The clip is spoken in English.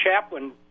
chaplain